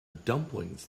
dumplings